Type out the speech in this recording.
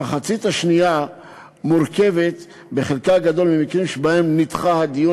המחצית השנייה מורכבת בחלקה הגדול ממקרים שבהם נדחה הדיון